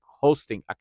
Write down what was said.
Hosting